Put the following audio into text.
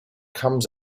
comes